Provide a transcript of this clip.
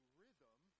rhythm